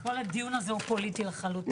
כל הדיון הזה הוא פוליטי לחלוטין.